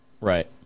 Right